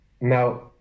Now